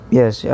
yes